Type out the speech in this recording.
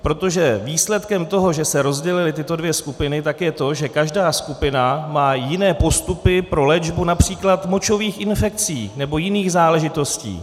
Protože výsledkem toho, že se rozdělily tyto dvě skupiny, je to, že každá skupina má jiné postupy pro léčbu například močových infekcí nebo jiných záležitostí.